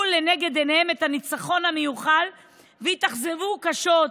לנגד עיניהם את הניצחון המיוחל והתאכזבו קשות,